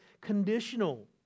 conditional